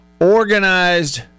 organized